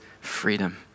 freedom